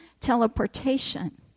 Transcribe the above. teleportation